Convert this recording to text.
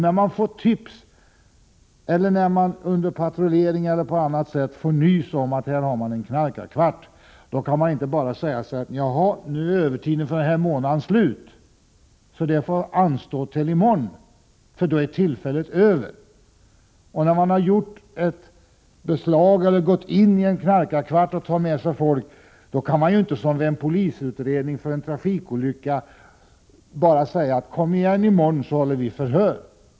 När polisen under patrullering eller på annat sätt får nys om att det någonstans finns en knarkarkvart, kan de inte bara säga: Nu är övertiden för denna månad slut, så detta uppdrag får anstå tills i morgon. Då är det nämligen för sent. När polisen har gått in i en knarkarkvart och tagit med sig folk till polishuset kan de inte, som vid en polisutredning i samband med t.ex. en trafikolycka, bara säga: Kom igen i morgon, så håller vi förhör.